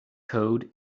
code